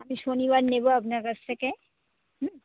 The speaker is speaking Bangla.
আমি শনিবার নেব আপনার কাছ থেকে হুম